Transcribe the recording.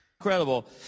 Incredible